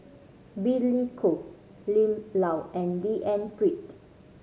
Billy Koh Lim Lau and D N Pritt